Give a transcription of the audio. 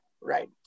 right